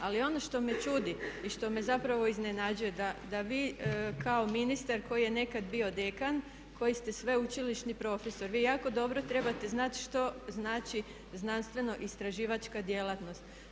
Ali ono što me čudi i što me zapravo iznenađuje da vi kao ministar koji je nekad bio dekan, koji ste sveučilišni profesor, vi jako dobro trebate znati što znači znanstveno-istraživačka djelatnost.